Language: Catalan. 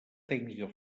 tècnica